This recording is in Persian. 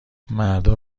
مردا